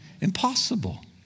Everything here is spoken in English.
Impossible